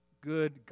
good